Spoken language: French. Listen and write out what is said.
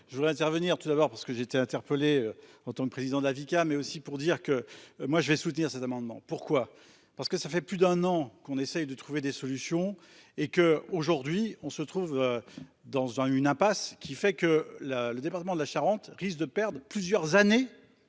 je voudrais intervenir tout d'abord parce que j'ai été interpellé en tant que président d'AVIC, mais aussi pour dire que moi je vais soutenir cet amendement pourquoi parce que ça fait plus d'un an qu'on essaye de trouver des solutions et que aujourd'hui on se trouve. Dans dans une impasse qui fait que la. Le département de la Charente, risque de perdre plusieurs années